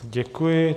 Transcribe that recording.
Děkuji.